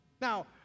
Now